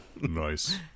Nice